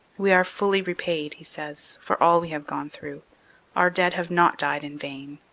we are fully repaid, he says, for all we have gone through our dead have not died in vain.